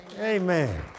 Amen